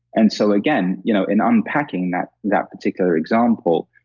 and so, again you know in unpacking that that particular example,